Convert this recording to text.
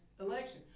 election